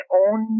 own